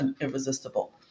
irresistible